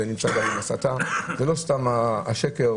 ולא סתם השקר